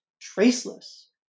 traceless